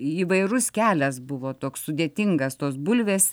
įvairus kelias buvo toks sudėtingas tos bulvės